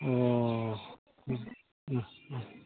अ